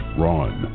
ron